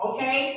Okay